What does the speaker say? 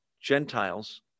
Gentiles